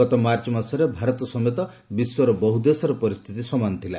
ଗତ ମାର୍ଚ୍ଚ ମାସରେ ଭାରତ ସମେତ ବିଶ୍ୱର ବହୁ ଦେଶର ପରିସ୍ଥିତି ସମାନ ଥିଲା